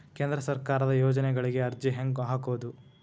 ಕೇಂದ್ರ ಸರ್ಕಾರದ ಯೋಜನೆಗಳಿಗೆ ಅರ್ಜಿ ಹೆಂಗೆ ಹಾಕೋದು?